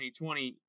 2020